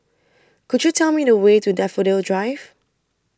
Could YOU Tell Me The Way to Daffodil Drive